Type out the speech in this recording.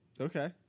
Okay